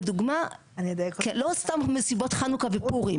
לדוגמה, לא סתם מסיבות חנוכה ופורים.